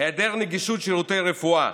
והיעדר נגישות שירותי רפואה,